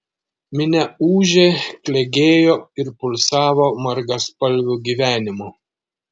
minia ūžė klegėjo ir pulsavo margaspalviu gyvenimu